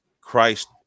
Christ